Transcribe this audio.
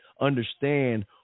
understand